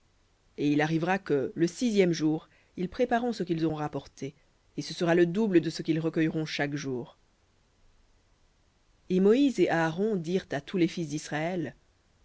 et il arrivera que le sixième jour ils prépareront ce qu'ils auront rapporté et ce sera le double de ce qu'ils recueilleront chaque jour et moïse et aaron dirent à tous les fils d'israël